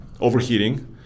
overheating